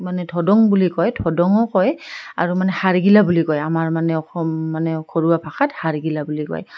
মানে ধদং বুলি কয় ধদঙো কয় আৰু মানে হাড়গিলা বুলি কয় আমাৰ মানে অসম মানে ঘৰুৱা ভাষাত হাড়গিলা বুলি কয়